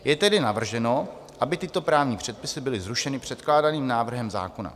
Je tedy navrženo, aby tyto právní předpisy byly zrušeny předkládaným návrhem zákona.